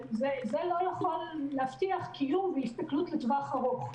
זה לא יכול להבטיח קיום והסתכלות לטווח ארוך.